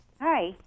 Hi